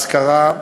השכרה,